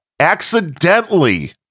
accidentally